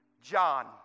John